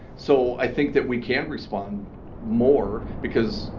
so i think that we can respond more because,